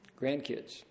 grandkids